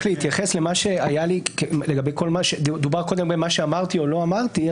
רק להתייחס למה שנאמר על מה שאמרתי או לא אמרתי.